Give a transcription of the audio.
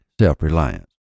self-reliance